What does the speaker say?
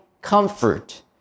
comfort